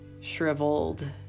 Shriveled